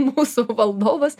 mūsų valdovas